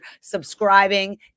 subscribing